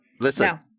Listen